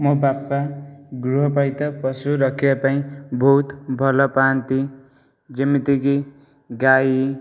ମୋ ବାପା ଗୃହପାଳିତ ପଶୁ ରଖିବା ପାଇଁ ବହୁତ ଭଲ ପାଆନ୍ତି ଯେମିତିକି ଗାଈ